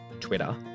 Twitter